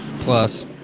Plus